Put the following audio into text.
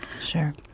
Sure